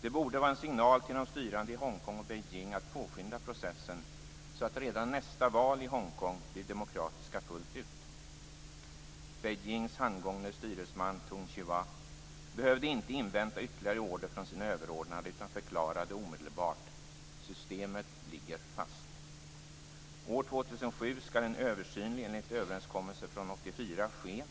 Det borde vara en signal till de styrande i Hongkong och Beijing att påskynda processen, så att redan nästa val i Hongkong blir demokratiska fullt ut. Beijings handgångne styresman Tung Chee Hwa behövde inte invänta ytterligare order från sina överordnade utan förklarade omedelbart: Systemet ligger fast. År 2007 skall en översyn enligt överenskommelsen från 1984 ske